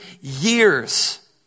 years